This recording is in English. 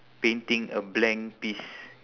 painting a blank piece